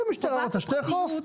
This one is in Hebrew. אם המשטרה רוצה שתאכוף.